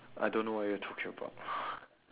I don't know what you're talking about